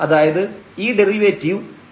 അതായത് ഈ derivative Fx0